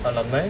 alumni